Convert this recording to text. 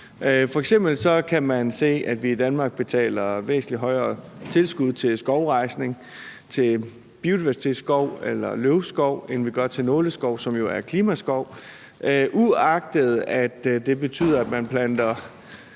f.eks. se, at vi i Danmark betaler væsentlig højere tilskud til skovrejsning, til biodiversitetsskov eller løvskov, end vi gør til nåleskov, som jo er klimaskov, uagtet at det betyder, at man planter